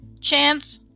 Chance